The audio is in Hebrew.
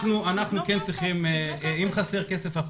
אם חסר כסף,